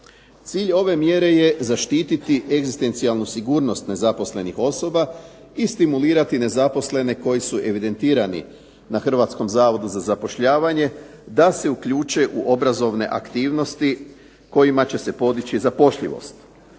Cilj ove mjere je zaštititi egzistencijalnu sigurnost nezaposlenih osoba i stimulirati nezaposlene koji su evidentirani na Hrvatskom zavodu za zapošljavanje da se uključe u obrazovne aktivnosti kojima će se podići zapošljivost